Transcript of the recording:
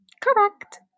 correct